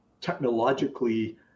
technologically